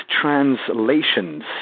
translations